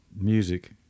music